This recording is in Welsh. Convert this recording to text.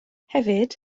hefyd